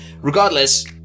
Regardless